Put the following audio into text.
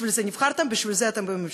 בשביל זה אתם נבחרתם, בשביל זה אתם בממשלה.